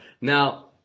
Now